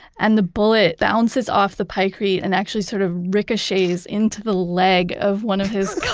and the bullet bounces off the pykrete and actually sort of ricochets into the leg of one of his